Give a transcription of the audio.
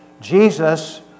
Jesus